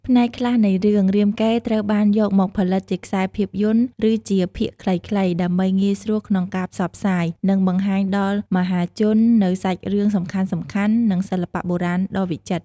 ផ្នែកខ្លះនៃរឿង រាមកេរ្តិ៍ ត្រូវបានយកមកផលិតជាខ្សែភាពយន្ត ឬជាភាគខ្លីៗ ដើម្បីងាយស្រួលក្នុងការផ្សព្វផ្សាយ និងបង្ហាញដល់មហាជននូវសាច់រឿងសំខាន់ៗ និងសិល្បៈបុរាណដ៏វិចិត្រ។